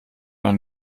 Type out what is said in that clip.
man